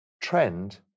trend